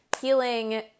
healing